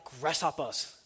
grasshoppers